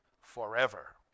forever